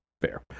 fair